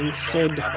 and said